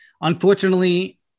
Unfortunately